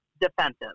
defensive